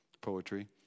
poetry